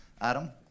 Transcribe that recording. Adam